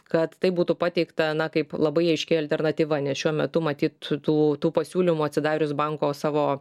kad tai būtų pateikta na kaip labai aiški alternatyva nes šiuo metu matyt tų tų pasiūlymų atsidarius banko savo